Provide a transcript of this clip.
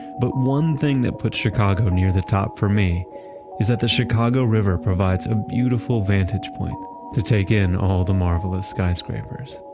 but one thing that puts chicago near the top for me is that the chicago river provides a beautiful vantage point to take in all the marvelous skyscrapers.